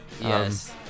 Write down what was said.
Yes